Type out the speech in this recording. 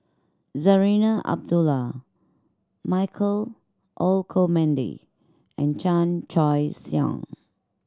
Zarinah Abdullah Michael Olcomendy and Chan Choy Siong